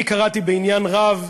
אני קראתי בעניין רב